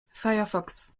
firefox